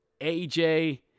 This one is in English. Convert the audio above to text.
AJ